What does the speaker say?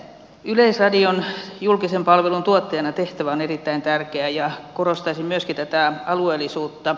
yleisradion julkisen palvelun tuottajan tehtävä on erittäin tärkeä ja korostaisin myöskin tätä alueellisuutta